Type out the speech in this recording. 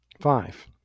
Five